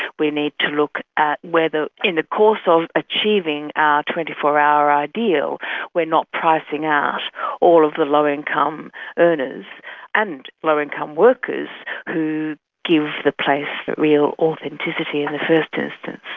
we need to look at whether in the course of achieving our twenty four hour ideal we are not pricing out all of the low income earners and low income workers who give the place the real authenticity in the first instance.